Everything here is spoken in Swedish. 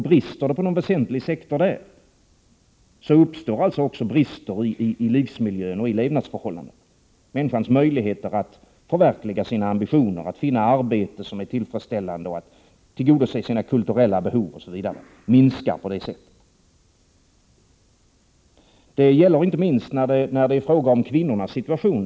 Brister det på någon väsentlig sektor där, uppstår också brister i livsmiljön och i levnadsförhållandena. Människans möjligheter att förverkliga sina ambitioner, att finna arbete som är tillfredsställande och att tillgodose sina kulturella behov minskar på det sättet. Detta gäller inte minst när det är fråga om kvinnornas situation.